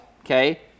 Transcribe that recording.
okay